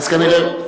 אז כנראה,